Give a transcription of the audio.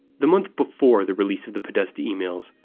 the month before the release of the podesta emails,